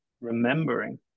remembering